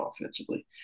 offensively